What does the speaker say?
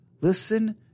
listen